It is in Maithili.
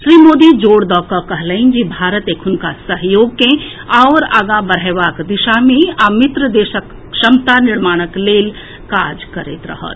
श्री मोदी जोर दऽकऽ कहलनि जे भारत एखुनका सहयोग के आओर आगां बढ़एबाक दिशा मे आ मित्र देशक क्षमता निर्माणक लेल काज करैत रहत